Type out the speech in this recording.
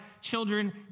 children